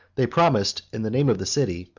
they promised, in the name of the city,